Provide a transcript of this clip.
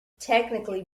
technically